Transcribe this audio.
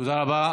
תודה רבה.